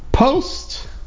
post